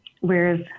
whereas